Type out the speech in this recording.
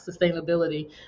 sustainability